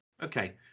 Okay